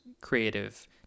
creative